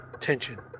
Tension